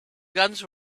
guns